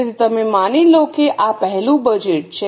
તેથી તમે માની લો કે આ પહેલું બજેટ છે